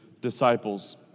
disciples